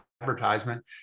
advertisement